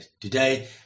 today